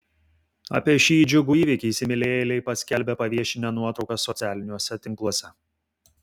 apie šį džiugų įvykį įsimylėjėliai paskelbė paviešinę nuotraukas socialiniuose tinkluose